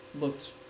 looked